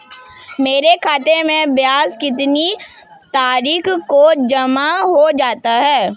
मेरे खाते में ब्याज कितनी तारीख को जमा हो जाता है?